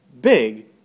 big